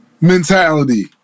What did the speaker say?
mentality